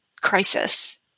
crisis